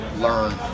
learn